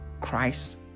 Christ